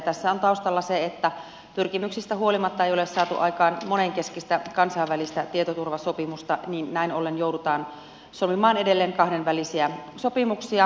tässä on taustalla se että pyrkimyksistä huolimatta ei ole saatu aikaan monenkeskistä kansainvälistä tietoturvasopimusta joten näin ollen joudutaan solmimaan edelleen kahdenvälisiä sopimuksia